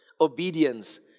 obedience